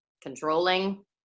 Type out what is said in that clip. controlling